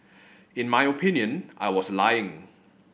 in my opinion I was lying